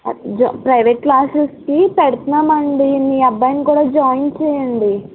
అది జో ప్రైవేట్ క్లాసెస్కి పెడతున్నామండి మీ అబ్బాయిని కూడ జోయిన్ చెయ్యండి